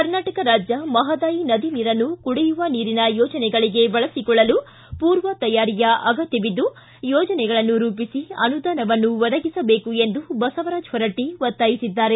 ಕರ್ನಾಟಕ ರಾಜ್ಯ ಮಹಾದಾಯಿ ನದಿ ನೀರನ್ನು ಕುಡಿಯುವ ನೀರಿನ ಯೋಜನೆಗಳಿಗೆ ಬಳಸಿಕೊಳ್ಳಲು ಪೂರ್ವ ತಯಾರಿಯ ಅಗತ್ಯವಿದ್ದು ಯೋಜನೆಗಳನ್ನು ರೂಪಿಸಿ ಅನುದಾನವನ್ನು ಒದಗಿಸಬೇಕು ಎಂದು ಬಸವರಾಜ್ ಹೊರಟ್ಟ ಒತ್ತಾಯಿಸಿದ್ದಾರೆ